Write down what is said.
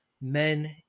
Men